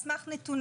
על סמך נתונים,